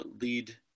lead